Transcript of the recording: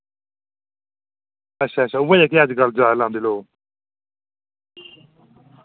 उऐ जेह्कियां अज्जकल जादै लांदे लोग